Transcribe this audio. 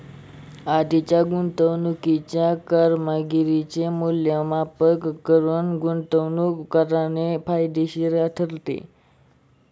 आधीच्या गुंतवणुकीच्या कामगिरीचे मूल्यमापन करून गुंतवणूक करणे फायदेशीर ठरते